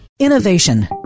innovation